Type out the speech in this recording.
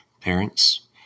parents